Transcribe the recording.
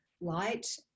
light